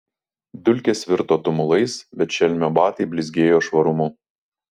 dulkės virto tumulais bet šelmio batai blizgėjo švarumu